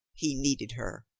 he needed her.